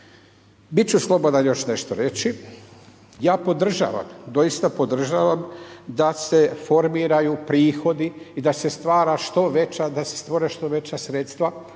Bit ću slobodan još nešto reći, ja podržavam, doista podržavam da se formiraju prihodi i da se stvore što veća sredstva u